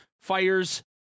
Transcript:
fires